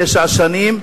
תשע שנים,